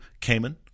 Cayman